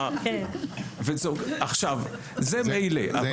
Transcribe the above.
עכשיו זה מילא,